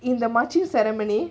in the marching ceremony